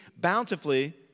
bountifully